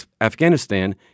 Afghanistan